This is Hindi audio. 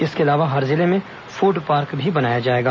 इसके अलावा हर जिले में फूड पार्क भी बनाया जाएगा